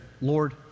Lord